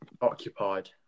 Occupied